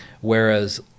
whereas